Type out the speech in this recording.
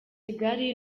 kigali